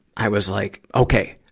i was, like, okay.